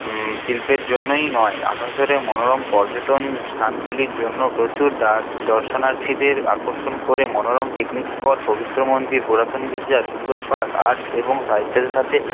শিল্পের জন্যই নয় আসানসোলের মনোরম পর্যটন স্থানগুলির জন্য প্রচুর দর্শনার্থীদের আকর্ষণ করে মনোরম পিকনিক স্পট পবিত্র মন্দির পুরাতন গির্জা সুন্দর পার্ক আর্চ এবং সাহিত্যের সাথে